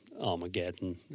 Armageddon